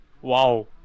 Wow